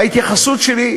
ההתייחסות שלי,